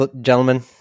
gentlemen